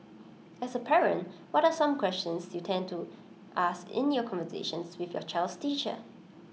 as A parent what some questions you tend to ask in your conversations with your child's teacher